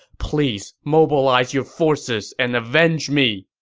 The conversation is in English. please mobilize your forces and avenge me!